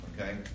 okay